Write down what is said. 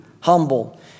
humble